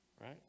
Right